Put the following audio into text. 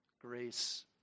grace